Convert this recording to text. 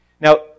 Now